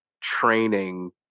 training